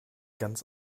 ganz